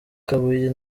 kabuye